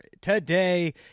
Today